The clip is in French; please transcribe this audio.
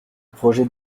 projet